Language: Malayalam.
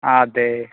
ആതേ